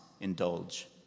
indulge